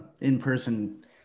in-person